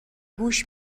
گوش